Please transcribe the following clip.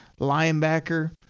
linebacker